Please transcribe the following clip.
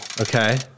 Okay